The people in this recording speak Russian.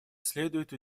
следует